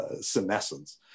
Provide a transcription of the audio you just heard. senescence